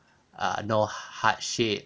uh no hardship